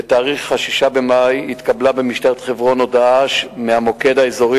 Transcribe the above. ב-6 במאי התקבלה במשטרת חברון הודעה מהמוקד האזורי